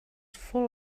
full